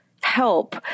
help